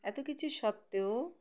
এত কিছু সত্ত্বেও